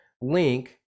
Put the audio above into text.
link